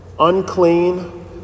unclean